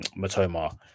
Matoma